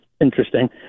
interesting